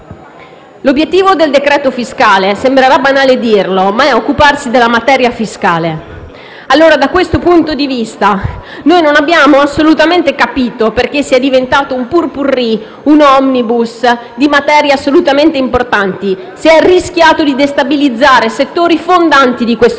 L'obiettivo del decreto fiscale - sembrerà banale dirlo - è occuparsi della materia fiscale. Sotto questo profilo, non abbiamo assolutamente capito perché sia diventato un *pot pourri*, un *omnibus* di materie assolutamente importanti. Si è rischiato di destabilizzare settori fondanti del nostro